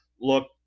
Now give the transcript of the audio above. look